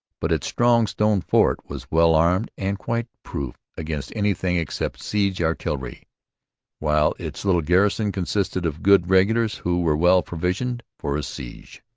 but its strong stone fort was well armed and quite proof against anything except siege artillery while its little garrison consisted of good regulars who were well provisioned for a siege.